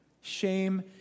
Shame